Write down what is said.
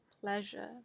pleasure